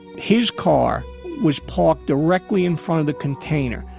his car was parked directly in front of the container.